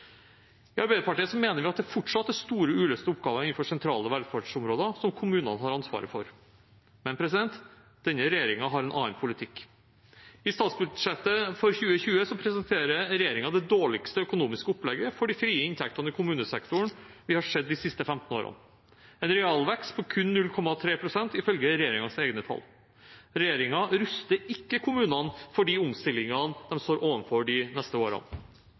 I Arbeiderpartiet mener vi at det fortsatt er store uløste oppgaver innenfor sentrale velferdsområder som kommunene har ansvaret for, men denne regjeringen har en annen politikk. I statsbudsjettet for 2020 presenterer regjeringen det dårligste økonomiske opplegget for de frie inntektene i kommunesektoren vi har sett de siste 15 årene – en realvekst på kun 0,3 pst., ifølge regjeringens egne tall. Regjeringen ruster ikke kommunene for de omstillingene de står overfor de neste årene.